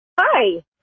Hi